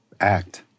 act